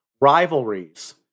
rivalries